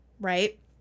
right